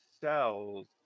Cells